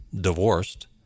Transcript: divorced